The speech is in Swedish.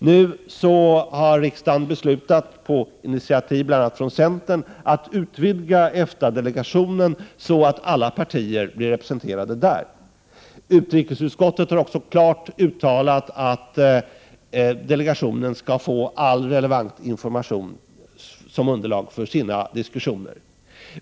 Nu har riksdagen på initiativ bl.a. från centern beslutat att utvidga EFTA-delegationen så att alla partier blir representerade. Utrikesutskottet har också klart uttalat att delegationen skall få all relevant information som underlag för sina diskussioner.